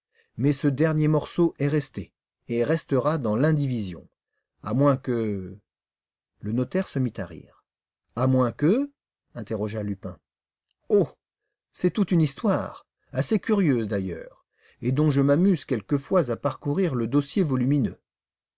mais ce dernier morceau est resté et restera dans l'indivision à moins que le notaire se mit à rire à moins que interrogea lupin oh c'est toute une histoire assez curieuse d'ailleurs et dont je m'amuse quelquefois à parcourir le dossier volumineux